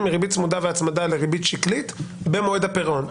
מריבית צמודה והצמדה לריבית שקלית במועד הפירעון.